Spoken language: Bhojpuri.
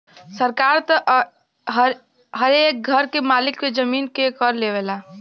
सरकार त हरे एक घर के मालिक से जमीन के कर लेवला